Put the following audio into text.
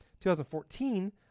2014